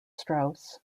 strauss